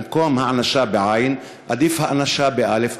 במקום הענשה, בעי"ן, עדיפה האנשה, באל"ף.